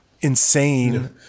insane